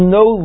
no